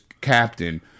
captain